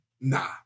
nah